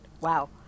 wow